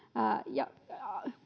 ja